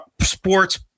sports